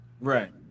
Right